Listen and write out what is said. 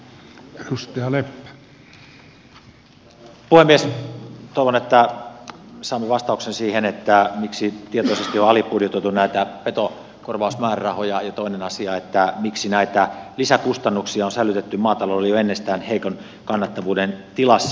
toivon että saamme vastauksen siihen miksi tietoisesti on alibudjetoitu näitä petokorvausmäärärahoja ja toinen asia miksi näitä lisäkustannuksia on sälytetty maataloudelle jo ennestään heikon kannattavuuden tilassa